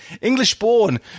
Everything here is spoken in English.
English-born